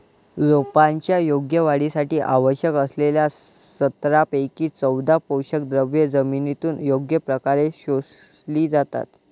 रोपांच्या योग्य वाढीसाठी आवश्यक असलेल्या सतरापैकी चौदा पोषकद्रव्ये जमिनीतून योग्य प्रकारे शोषली जातात